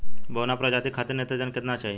बौना प्रजाति खातिर नेत्रजन केतना चाही?